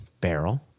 barrel